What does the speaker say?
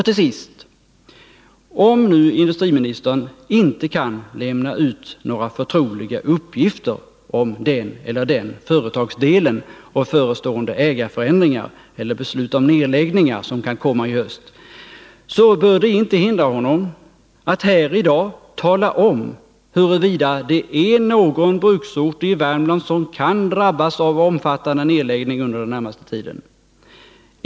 Till sist: Om nu industriministern inte kan lämna ut några förtroliga uppgifter om den eller den företagsdelen och förestående ägarförändringar eller beslut om nedläggningar som kan komma i höst, så bör det inte hindra honom att här i dag tala om huruvida det är någon bruksort i Värmland som kan drabbas av omfattande nedläggning under den närmaste tiden.